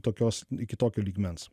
tokios iki tokio lygmens